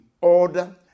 order